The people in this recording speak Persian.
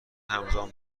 همزمان